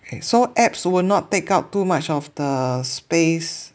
so apps will not take up too much of the space